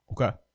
okay